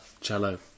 Cello